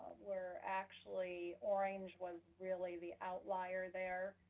were actually, orange was really the outlier there.